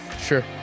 Sure